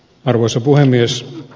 arvoisa puhemies